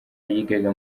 yigaga